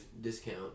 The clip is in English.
discount